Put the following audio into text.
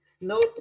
no